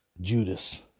Judas